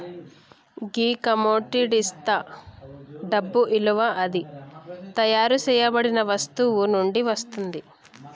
గీ కమొడిటిస్తా డబ్బు ఇలువ అది తయారు సేయబడిన వస్తువు నుండి వస్తుంది